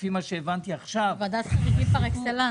לפי מה שהבנתי עכשיו -- זה ועדת חריגים פר אקסלנס.